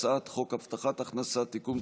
הצעת חוק הבטחת הכנסה (תיקון,